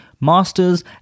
master's